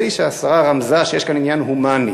נדמה לי שהשרה רמזה שיש פה עניין הומני,